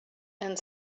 and